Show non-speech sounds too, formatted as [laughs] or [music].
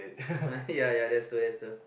[laughs] ya ya that's true that's true